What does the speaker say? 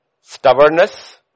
Stubbornness